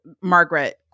Margaret